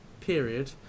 period